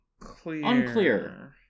Unclear